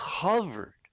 covered